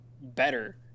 better